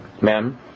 ma'am